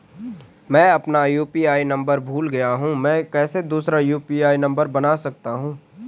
मैं अपना UPI number भूल गया हूँ मैं कैसे दूसरा यु.पी.आई नम्बर बना सकता हूँ?